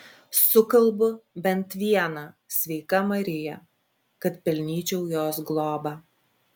sukalbu bent vieną sveika marija kad pelnyčiau jos globą